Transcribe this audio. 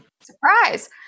Surprise